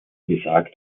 gesagt